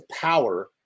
power